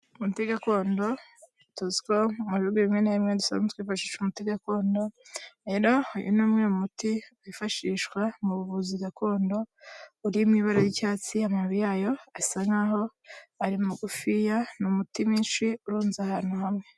Umuti gakondo tuzi ko mu bihugu bimwe na bimwe dusanzwe twifashisha umuti gakondo. Rero uyu ni umwe mu muti wifashishwa mu buvuzi gakondo uri mu ibara ry'icyatsi amababi yayo asa nk'aho ari magufiya, ni umuti mwinshi urunze ahantu hamwe.